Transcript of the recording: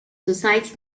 society